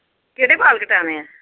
केह्ड़े बाल कटाने न